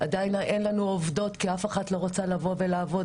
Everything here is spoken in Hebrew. עדיין אין לנו עובדות כי אף אחת לא רוצה לבוא ולעבוד